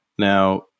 Now